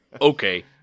Okay